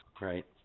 right